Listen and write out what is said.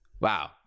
Wow